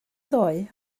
ddoe